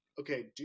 okay